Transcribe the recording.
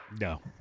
No